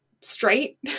straight